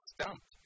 stumped